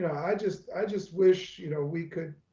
i just i just wish you know we could